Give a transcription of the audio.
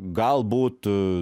gal būt